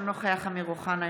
אינו נוכח אמיר אוחנה,